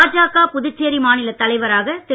பாஜக புதுச்சேரி மாநிலத் தலைவராக திரு